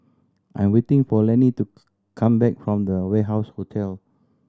I'm waiting for Lanny to come back from The Warehouse Hotel